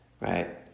right